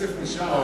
הכסף נשאר,